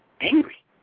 angry